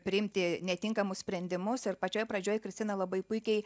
priimti netinkamus sprendimus ir pačioj pradžioj kristina labai puikiai